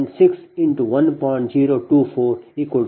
6P g1 4 0